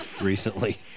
Recently